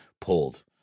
pulled